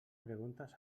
preguntes